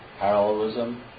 parallelism